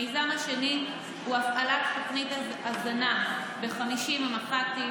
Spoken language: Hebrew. המיזם השני הוא הפעלת תוכנית הזנה ב-50 מח"טים,